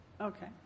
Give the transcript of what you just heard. Okay